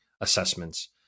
assessments